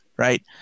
right